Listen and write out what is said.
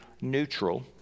neutral